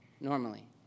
normally